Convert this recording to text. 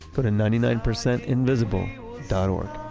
but ninety nine percentinvisible dot o r